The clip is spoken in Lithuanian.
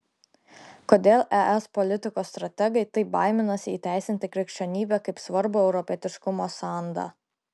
kodėl es politikos strategai taip baiminasi įteisinti krikščionybę kaip svarbų europietiškumo sandą